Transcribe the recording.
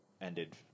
ended